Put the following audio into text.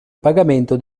pagamento